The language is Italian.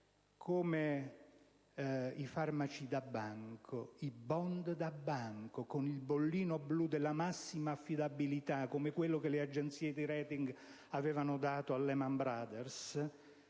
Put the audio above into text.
come i farmaci da banco, i *bond* da banco, con il bollino blu della massima affidabilità, come quello che le agenzie di *rating* avevano dato a Lehman Brothers,